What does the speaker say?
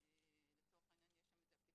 על אף שאנחנו מודעים לזה שבארץ זה שלאנשים